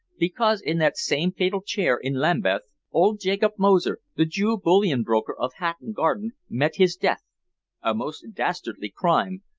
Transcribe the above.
because in that same fatal chair in lambeth old jacob moser, the jew bullion-broker of hatton garden, met his death a most dastardly crime,